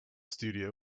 studio